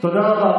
תודה רבה.